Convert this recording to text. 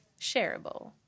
shareable